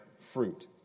Fruit